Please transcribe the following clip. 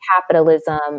capitalism